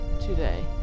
today